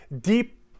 deep